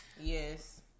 Yes